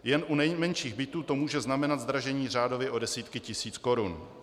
Jen u nejmenších bytů to může znamenat zdražení řádově o desítky tisíc korun.